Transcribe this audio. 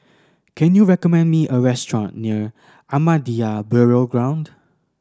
can you recommend me a restaurant near Ahmadiyya Burial Ground